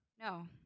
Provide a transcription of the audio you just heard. No